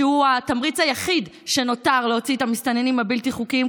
שהוא התמריץ היחיד שנותר להוציא את המסתננים הבלתי-חוקיים.